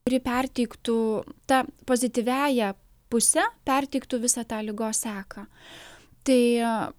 kuri perteiktų ta pozityviąja puse perteiktų visą tą ligos seką tai